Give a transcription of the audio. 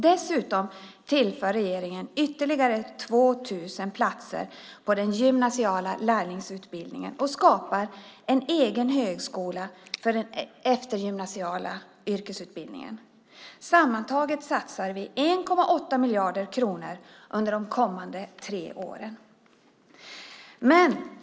Dessutom tillför regeringen ytterligare 2 000 platser på den gymnasiala lärlingsutbildningen och skapar en egen högskola för den eftergymnasiala yrkesutbildningen. Sammantaget satsar vi 1,8 miljarder kronor under de kommande tre åren.